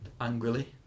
angrily